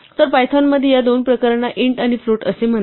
तर पायथॉनमध्ये या दोन प्रकारांना int आणि float असे म्हणतात